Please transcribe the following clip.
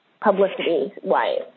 publicity-wise